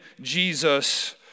Jesus